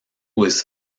was